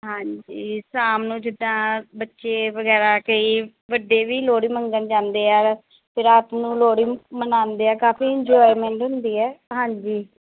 ਹਾਂਜੀ ਸ਼ਾਮ ਨੂੰ ਜਿੱਦਾਂ ਬੱਚੇ ਵਗੈਰਾ ਕਈ ਵੱਡੇ ਵੀ ਲੋਹੜੀ ਮੰਗਣ ਜਾਂਦੇ ਆ ਫਿਰ ਰਾਤ ਨੂੰ ਲੋਹੜੀ ਮਨਾਉਂਦੇ ਆ ਕਾਫੀ ਇੰਜੋਏਮੈਂਟ ਹੁੰਦੀ ਹੈ ਹਾਂਜੀ